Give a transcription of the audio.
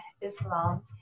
Islam